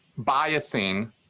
biasing